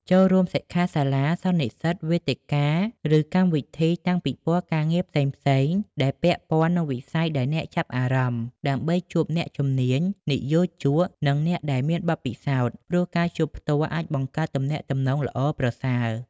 ចូលរួមសិក្ខាសាលា សន្និសីទ វេទិកា ឬកម្មវិធីតាំងពិពណ៌ការងារផ្សេងៗដែលពាក់ព័ន្ធនឹងវិស័យដែលអ្នកចាប់អារម្មណ៍ ដើម្បីជួបអ្នកជំនាញ និយោជក និងអ្នកដែលមានបទពិសោធន៍ ព្រោះការជួបផ្ទាល់អាចបង្កើតទំនាក់ទំនងល្អប្រសើរ។